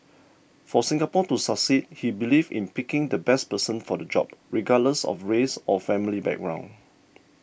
for Singapore to succeed he believed in picking the best person for the job regardless of race or family background